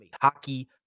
hockey